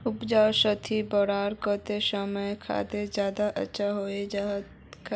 उपजाऊ शक्ति बढ़वार केते रासायनिक खाद ज्यादा अच्छा होचे या जैविक खाद?